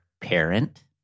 parent